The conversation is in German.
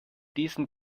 diesen